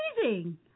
amazing